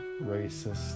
racist